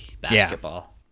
basketball